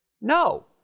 No